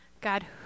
God